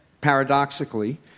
paradoxically